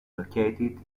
located